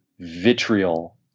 vitriol